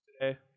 today